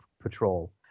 Patrol